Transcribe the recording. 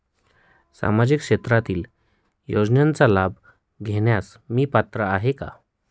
सामाजिक क्षेत्रातील योजनांचा लाभ घेण्यास मी पात्र आहे का?